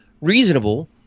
reasonable